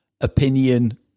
opinion